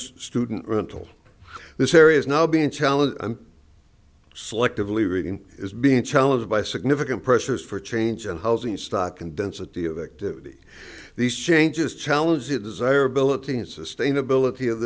student rental this area is now being challenged selectively reading is being challenged by significant pressures for change and housing stock and density of activity these changes challenge the desirability and sustainability of